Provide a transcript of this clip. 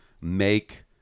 make